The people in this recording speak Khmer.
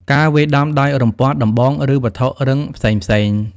ការវាយដំដោយរំពាត់ ដំបង ឬវត្ថុរឹងផ្សេងៗ។